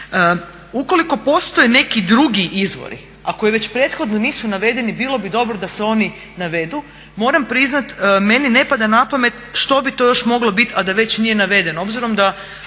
Ukoliko postoje neki drugi izvori a koji već prethodno nisu navedeni bilo bi dobro da se oni navedu. Moram priznat meni ne pada na pamet što bi to još moglo biti a da već nije navedeno? Obzirom da